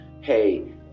Hey